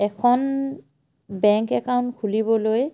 এখন bank account খুলিবলৈ